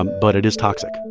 ah but it is toxic,